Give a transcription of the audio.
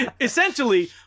Essentially